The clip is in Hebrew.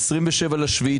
27 ביולי,